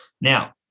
Now